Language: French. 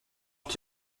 fut